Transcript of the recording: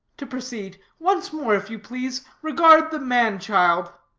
to proceed. once more, if you please, regard the man-child.